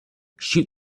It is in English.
shoot